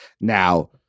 Now